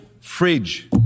fridge